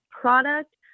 product